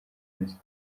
jenoside